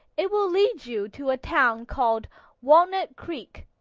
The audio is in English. it will lead you to a town called walnut creek,